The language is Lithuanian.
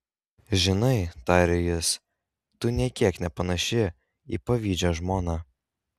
žinai tarė jis tu nė kiek nepanaši į pavydžią žmoną